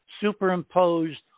superimposed